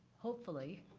hopefully,